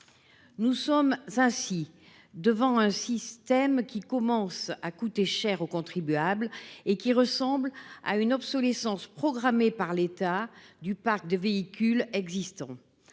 nous trouvons ainsi face à un système qui commence à coûter très cher aux contribuables et qui ressemble à une obsolescence programmée par l'État du parc de véhicules existants.